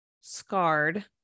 scarred